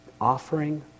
offering